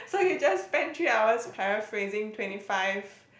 so you just spent three hours paraphrasing twenty five